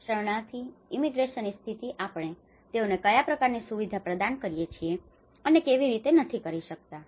શરણાર્થી ઇમિગ્રેશનની સ્થિતિ અને આપણે તેઓને કયા પ્રકારની સુવિધાઓ પ્રદાન કરીએ છીએ અને કેવી કરી શકતા નથી